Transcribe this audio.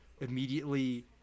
immediately